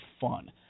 fun